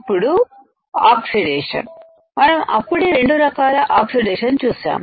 ఇప్పుడు ఆక్సిడేషన్ మనం అప్పుడే రెండు రకాల ఆక్సిడేషన్ చూశాం